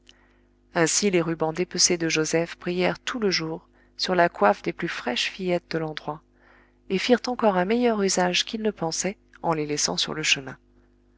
ainsi les rubans dépecés de joseph brillèrent tout le jour sur la coiffe des plus fraîches fillettes de l'endroit et firent encore un meilleur usage qu'il ne pensait en les laissant sur le chemin